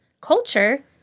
culture